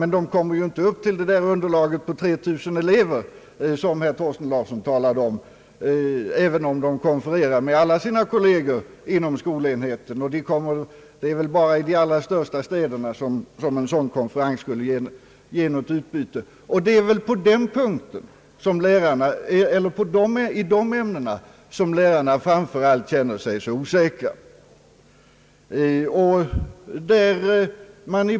Lärarna kommer ju inte upp till det där underlaget på 3 000 elever, som herr Thorsten Larsson talade om, även om de konfererar med alla sina kolleger inom skolenheten — det är väl bara i de allra största städerna som en sådan konferens skulle ge något utbyte. Det är i de ämnena som lärarna framför allt känner sig så osäkra.